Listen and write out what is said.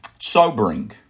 sobering